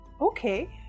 Okay